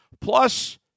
plus